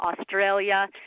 Australia